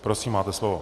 Prosím, máte slovo.